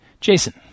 Jason